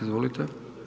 Izvolite.